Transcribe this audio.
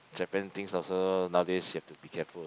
Japan things also nowadays have to be careful